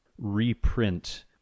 reprint